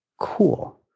Cool